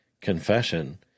confession